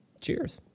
Cheers